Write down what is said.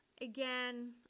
Again